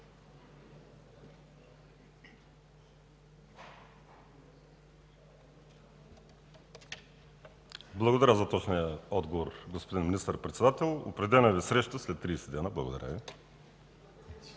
Благодаря за точния отговор, господин Министър-председател. Определям Ви среща след 30 дни. Благодаря.